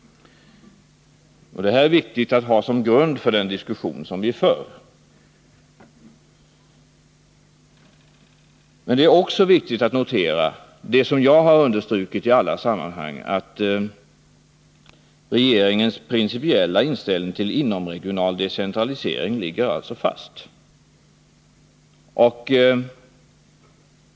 Det är viktigt att ha som grund för den diskussion vi för. Men det är också viktigt att notera det som jag har understrukit i olika sammanhang, nämligen att regeringens principiella inställning till inomregional decentralisering ligger fast.